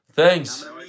Thanks